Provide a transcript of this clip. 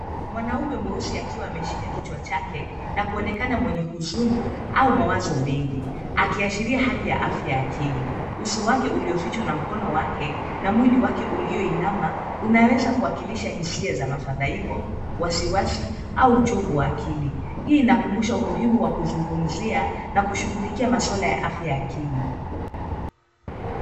Mwanaume mweusi akiwa ameshika kichwa chake na kuonekana mwenye huzuni au mawazo mengi, akiashiria hali ya afya ya akili. Uso wake uliofichwa na mkono wake na mwili wake uliyoinama, unaweza kuakilisha hisia za mafadhaiko, wasiwasi au uchovu wa akili. Hii inakumbusha umuhimu wa kuzungumzia na kushugulikia maswala ya afya ya akili.